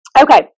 Okay